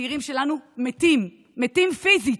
הצעירים שלנו מתים, מתים פיזית,